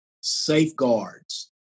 safeguards